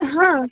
ହଁ